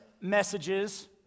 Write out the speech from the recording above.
messages